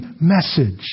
message